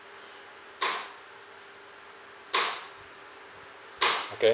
okay